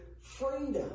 freedom